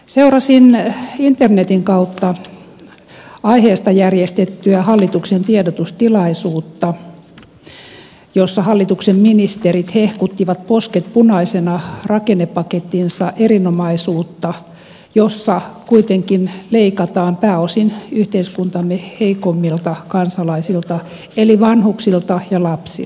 seurasin internetin kautta aiheesta järjestettyä hallituksen tiedotustilaisuutta jossa hallituksen ministerit hehkuttivat posket punaisina rakennepakettinsa erinomaisuutta jossa kuitenkin leikataan pääosin yhteiskuntamme heikoimmilta kansalaisilta eli vanhuksilta ja lapsilta